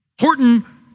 Horton